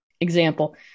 example